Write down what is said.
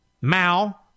Mao